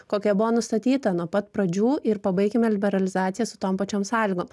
kokia buvo nustatyta nuo pat pradžių ir pabaikime liberalizaciją su tom pačiom sąlygom